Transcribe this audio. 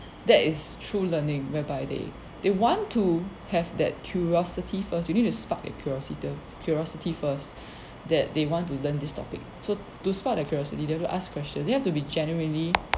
that is true learning whereby they they want to have that curiosity first you need to spark their curiosit~ curiosity first that they want to learn this topic so to spark their curiosity they will ask question you have to be genuinely